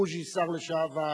בוז'י שר לשעבר,